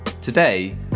Today